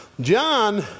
John